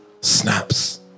snaps